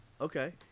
Okay